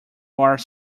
are